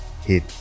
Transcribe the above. hit